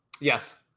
Yes